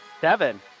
Seven